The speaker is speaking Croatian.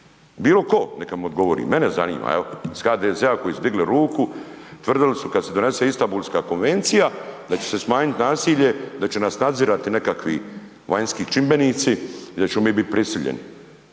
Bilo ko neka mi odgovori mene zanima, iz HDZ-a koji su digli ruku tvrdili su kada se donese Istambulska konvencija da će se smanjiti nasilje, da će nas nadzirati nekakvi vanjski čimbenici i da ćemo mi biti prisiljeni.